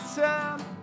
time